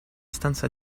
stanza